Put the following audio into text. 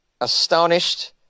astonished